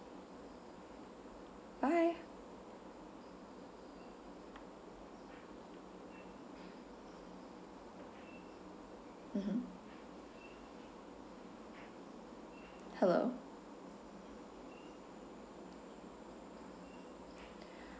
bye mmhmm hello